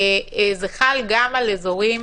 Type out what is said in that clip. זה חל גם על אזורים